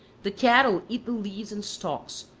the cattle eat the leaves and stalks,